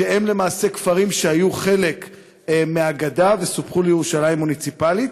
שהם למעשה כפרים שהיו חלק מהגדה וסופחו לירושלים מוניציפלית.